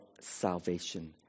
salvation